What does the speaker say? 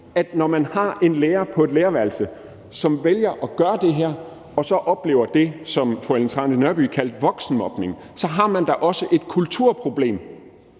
at når man har en lærer på et lærerværelse, som vælger at gøre det her og så oplever det, som fru Ellen Trane Nørby kaldte voksenmobning, så har man da også et kulturproblem